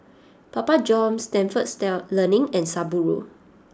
Papa Johns Stalford Learning and Subaru